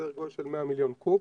הוא סדר גודל של 100 מיליון קוב.